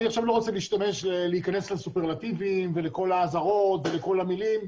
אני לא רוצה להיכנס לסופרלטיבים ולכל האזהרות ולכל המילים,